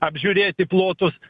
apžiūrėti plotus